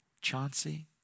Chauncey